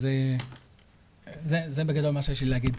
זה בגדול מה שיש לי להגיד.